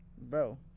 Bro